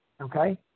Okay